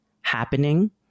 happening